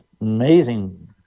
amazing